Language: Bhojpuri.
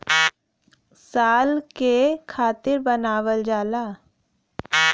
साल के खातिर बनावल जाला